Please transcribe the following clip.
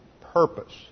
purpose